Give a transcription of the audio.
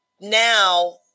now